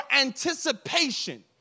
anticipation